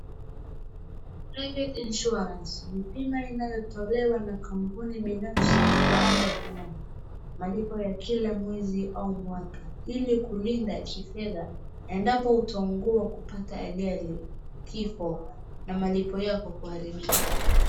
private insuarance ni bima inayotolewa na kampuni binafsi kwa ada malipo wa kila mwezi au mwaka ili kulinda kifedha endapo utaungua kupata ajali, kifo na malipo yako kuharibika